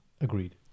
Agreed